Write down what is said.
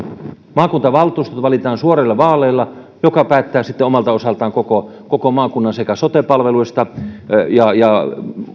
maakuntavaltuusto valitaan suorilla vaaleilla ja päättää sitten omalta osaltaan sekä koko maakunnan sote palveluista että